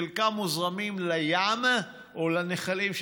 חלקם מוזרמים לים או לנחלים,